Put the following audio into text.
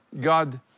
God